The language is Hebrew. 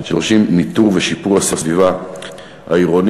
שדורשים ניטור ושיפור של הסביבה העירונית.